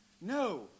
No